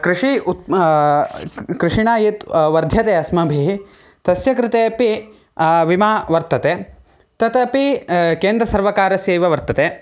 कृषिः उत् कृषिणां यत् वर्ध्यते अस्माभिः तस्य कृते अपि विमा वर्तते तदपि केन्द्रसर्वकारस्यैव वर्तते